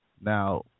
Now